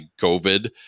COVID